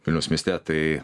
vilniaus mieste tai